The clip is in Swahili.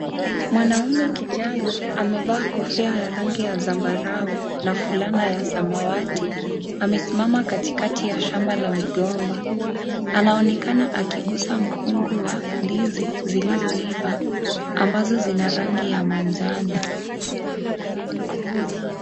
Mwanaume kijana amevaa kofia ya rangi ya zambarau na fulana ya samawati amesimama katikati ya shamba la migomba. Anaonekana akigusa mkungu wa ndizi zilizoiva ambazo zina rangi ya manjano.